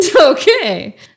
Okay